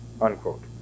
unquote